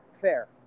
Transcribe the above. fair